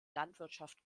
landwirtschaft